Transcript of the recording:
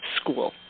school